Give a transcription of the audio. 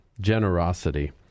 generosity